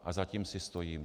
A za tím si stojím.